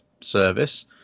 service